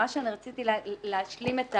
מה שרציתי להשלים.